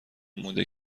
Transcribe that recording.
مونده